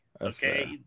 Okay